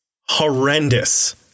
horrendous